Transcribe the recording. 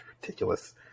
Ridiculous